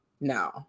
no